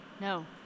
No